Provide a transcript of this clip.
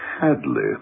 Hadley